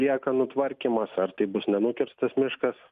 liekanų tvarkymas ar tai bus nenukirstas miškas